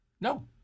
No